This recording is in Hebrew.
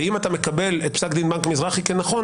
ואם אתה מקבל את פסק דין בנק מזרחי כנכון,